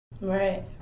Right